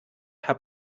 habe